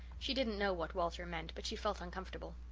she didn't know what walter meant but she felt uncomfortable.